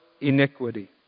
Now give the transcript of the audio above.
iniquity